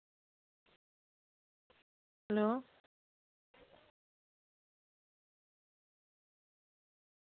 hello